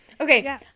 Okay